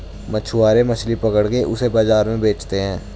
मछुआरे मछली पकड़ के उसे बाजार में बेचते है